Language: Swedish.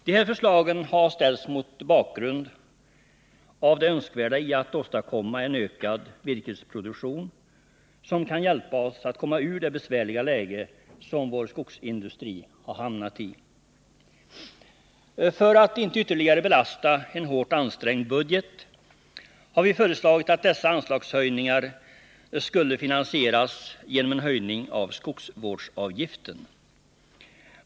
De här förslagen har ställts mot bakgrund av det önskvärda i att åstadkomma en ökad virkesproduktion som kan hjälpa oss att komma ur det besvärliga läge som vår skogsindustri hamnat i. För att inte ytterligare belasta en hårt ansträngd budget har vi föreslagit att dessa anslagshöjningar skulle finansieras genom en höjning av skogsvårdsavgiften.